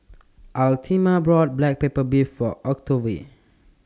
bought Black Pepper Beef For Octavie